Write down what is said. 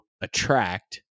attract